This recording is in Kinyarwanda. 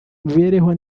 mibereho